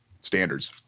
standards